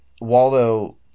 Waldo